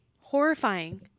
horrifying